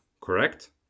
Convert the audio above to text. correct